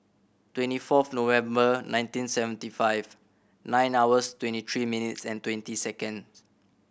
twenty fourth November nineteen seventy five nine hours twenty three minutes and twenty second